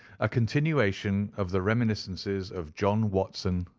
a continuation of the reminiscences of john watson,